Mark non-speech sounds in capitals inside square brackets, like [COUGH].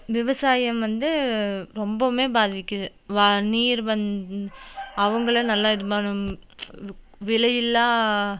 விவசாயம் வந்து ரொம்பவும் பாதிக்குது வ நீர் வந் அவங்கள நல்லா இது [UNINTELLIGIBLE] விலையில்லா